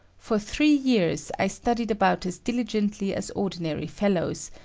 for three years i studied about as diligently as ordinary fellows,